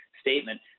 statement